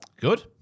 Good